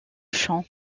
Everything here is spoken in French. chant